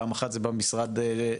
פעם אחת זה במשרד להתיישבות,